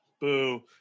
boo